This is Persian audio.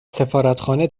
سفارتخانه